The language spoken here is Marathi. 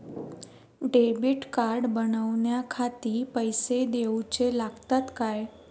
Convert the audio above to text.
डेबिट कार्ड बनवण्याखाती पैसे दिऊचे लागतात काय?